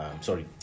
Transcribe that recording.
sorry